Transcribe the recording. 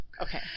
Okay